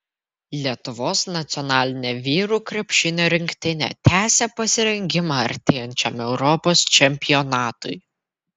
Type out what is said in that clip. lietuvos nacionalinė vyrų krepšinio rinktinė tęsią pasirengimą artėjančiam europos čempionatui